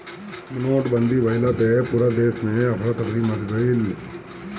नोटबंदी भइला पअ पूरा देस में अफरा तफरी मच गईल